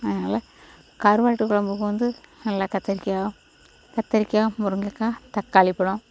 அதனால் கருவாட்டு கொழம்புக்கு வந்து நல்லா கத்திரிக்காய் கத்திரிக்காய் முருங்கக்காய் தக்காளிப்பழம்